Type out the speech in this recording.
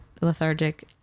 lethargic